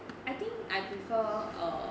I think I prefer err